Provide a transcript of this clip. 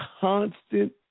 constant